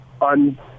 on